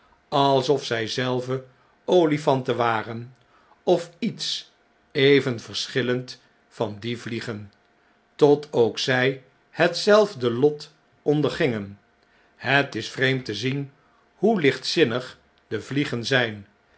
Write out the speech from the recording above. alsof zn zelve olifanten waren of iets even verschillend van die vliegen tot ook zij hetzelfde lot ondergingen het is vreemd te zien hoe lichtzinnig de vliegen zn'n